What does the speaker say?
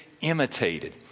Imitated